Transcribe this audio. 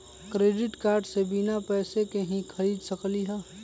Credit card से बिना पैसे के ही खरीद सकली ह?